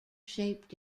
shaped